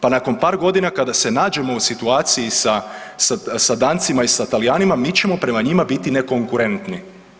Pa nakon par godina kada se nađemo u situaciji sa Dancima i Talijanima, mi ćemo prema njima biti nekonkurentni.